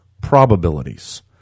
probabilities